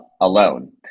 alone